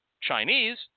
Chinese